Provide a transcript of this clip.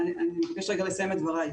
אני מבקשת לסיים את דבריי.